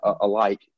alike